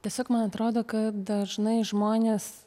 tiesiog man atrodo kad dažnai žmonės